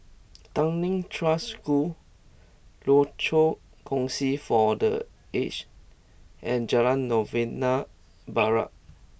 Tanglin Trust School Rochor Kongsi for the Aged and Jalan Novena Barat